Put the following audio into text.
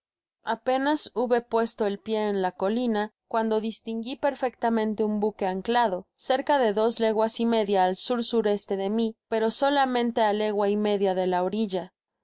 apenas hube puesto el pié en la colina cuando distingui perfectamente un buque anclado cerca de dos leguas y media al s s e de mi pero solamente á legua y media de la orilla